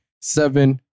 Seven